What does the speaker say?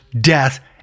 death